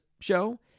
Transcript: show